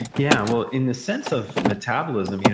yeah, well in the sense of metabolism, you know